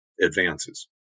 advances